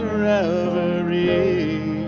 reverie